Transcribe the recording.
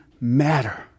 matter